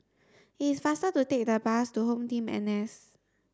it is faster to take the bus to HomeTeam N S